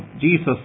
Jesus